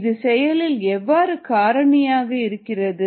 இது செயலில் எவ்வாறு காரணியாக இருக்கிறது